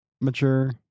mature